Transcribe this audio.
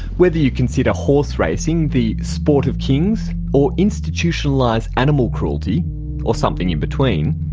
whether you consider horse racing the sport of kings or institutionalised animal cruelty or something in between,